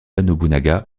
nobunaga